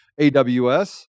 AWS